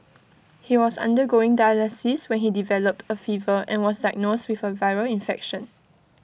he was undergoing dialysis when he developed A fever and was diagnosed with A viral infection